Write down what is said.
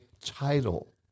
title